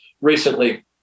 recently